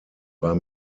war